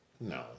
no